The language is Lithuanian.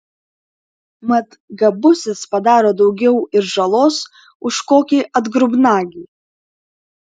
mat gabusis padaro daugiau ir žalos už kokį atgrubnagį